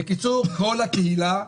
בקיצור, כל הקהילה,